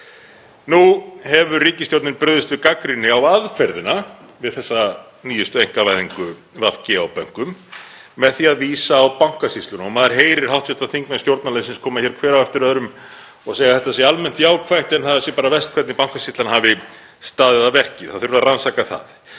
Nú hefur ríkisstjórnin brugðist við gagnrýni á aðferðina við þessa nýjustu einkavæðingu VG á bönkum með því að vísa á Bankasýsluna og maður heyrir hv. þingmenn stjórnarliðsins koma hér hver á eftir öðrum og segja að þetta sé almennt jákvætt en það sé bara verst hvernig Bankasýslan hafi staðið að verki, það þurfi að rannsaka.